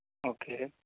okay